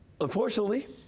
unfortunately